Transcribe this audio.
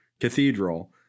cathedral